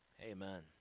amen